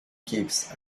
keeps